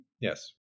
Yes